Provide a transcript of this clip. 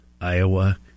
Iowa